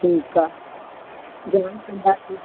ठीकु आहे ध्यानु कंदासीं